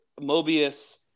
Mobius